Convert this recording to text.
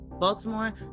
Baltimore